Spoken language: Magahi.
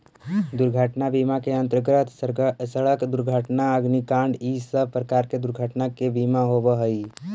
दुर्घटना बीमा के अंतर्गत सड़क दुर्घटना अग्निकांड इ सब प्रकार के दुर्घटना के बीमा होवऽ हई